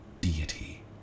deity